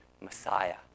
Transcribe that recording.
Messiah